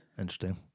Interesting